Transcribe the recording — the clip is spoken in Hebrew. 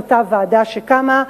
אותה ועדה שקמה,